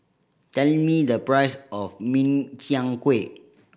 tell me the price of Min Chiang Kueh